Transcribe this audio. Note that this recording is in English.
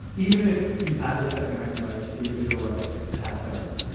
even if you have this second amendment right, individual right to have guns,